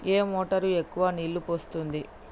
ఏ motor ఎక్కువ నీళ్లు పోస్తుంది?